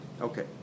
okay